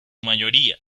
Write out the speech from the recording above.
mayoría